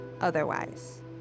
otherwise